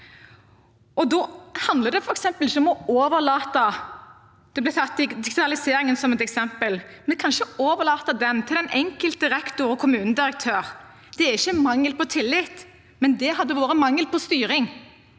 et eksempel – om å overlate det til den enkelte rektor og kommunedirektør. Det er ikke mangel på tillit, men det hadde vært mangel på styring.